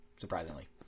surprisingly